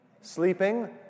Sleeping